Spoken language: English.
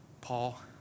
Paul